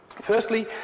Firstly